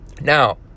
Now